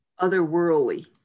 otherworldly